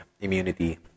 immunity